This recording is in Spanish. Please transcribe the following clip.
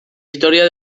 historia